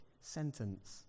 sentence